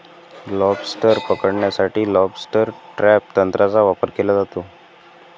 lobster पकडण्यासाठी lobster trap तंत्राचा वापर केला जातो